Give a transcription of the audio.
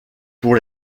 pour